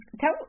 tell